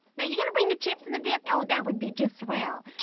now, you gonna bring the chips and the dip? oh, that would be just swell.